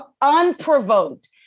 unprovoked